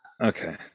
Okay